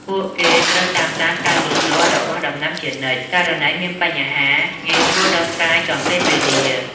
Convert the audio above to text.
ពួកគេត្រូវតាមដានការលូតលាស់របស់ដំណាំជានិច្ច ករណីមានបញ្ហាងាយស្រួលដោះស្រាយទាន់ពេលវេលា។